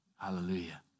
Hallelujah